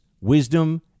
wisdom